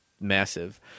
massive